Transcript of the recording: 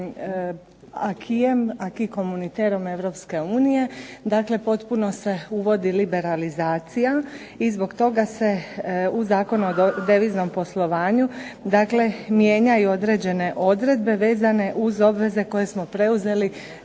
acquiem, acquis communautarie EU, dakle potpuno se uvodi liberalizacija i zbog toga se u Zakonu o deviznom poslovanju dakle mijenjaju određene odredbe vezane uz obveze koje smo preuzeli